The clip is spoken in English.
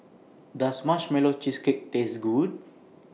Does Marshmallow Cheesecake Taste Good